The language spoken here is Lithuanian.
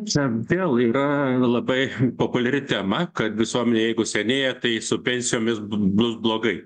čia vėl yra labai populiari tema kad visuomenė jeigu senėja tai su pensijomis bu bus blogai